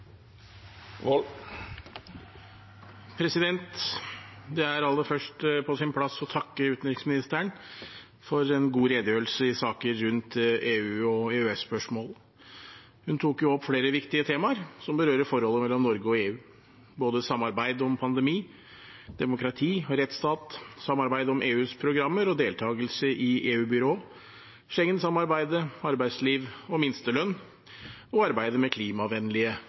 Det er aller først på sin plass å takke utenriksministeren for en god redegjørelse i saker rundt EU- og EØS-spørsmål. Hun tok opp flere viktige tema som berører forholdet mellom Norge og EU, både samarbeidet om pandemi, demokrati og rettsstat, samarbeid om EUs programmer og deltakelse i EU-byrå, Schengen-samarbeidet, arbeidsliv og minstelønn – og arbeidet med klimavennlige